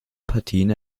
partien